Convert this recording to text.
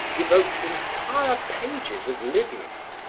evoked entire pages of livius,